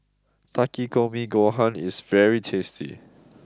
Takikomi Gohan is very tasty